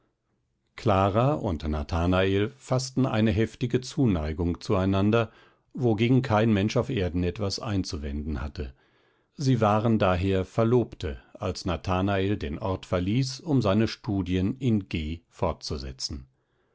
clara und nathanael faßten eine heftige zuneigung zueinander wogegen kein mensch auf erden etwas einzuwenden hatte sie waren daher verlobte als nathanael den ort verließ um seine studien in g fortzusetzen